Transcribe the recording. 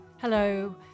Hello